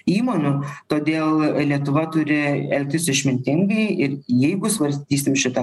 įmonių todėl lietuva turi elgtis išmintingai ir jeigu svarstysim šitą